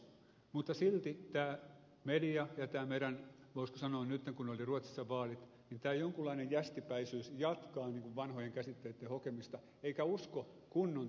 mutta silti media ja meidän voisiko sanoa nyt kun oli ruotsissa vaalit tämä jonkinlainen jästipäisyys jatkaa vanhojen käsitteitten hokemista eikä usko kunnon tutkimuksia